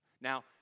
Now